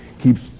keeps